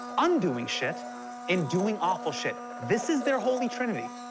undoing shit and doing awful shit. this is their holy trinity.